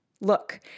Look